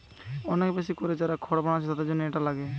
অনেক বেশি কোরে যারা খড় বানাচ্ছে তাদের জন্যে এটা লাগে